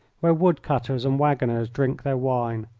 where wood-cutters and waggoners drink their wine.